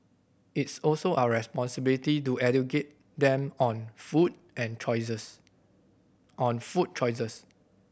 it's also our responsibility to educate them on food and choices on food choices